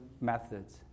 methods